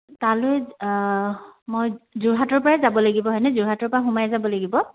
তালৈ মই যোৰহাটৰ পৰাই যাব লাগিব হয়নে যোৰহাটৰ পৰা সোমাই যাব লাগিব